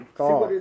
god